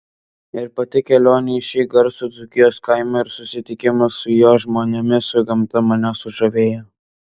ir pati kelionė į šį garsų dzūkijos kaimą ir susitikimas su jo žmonėmis su gamta mane sužavėjo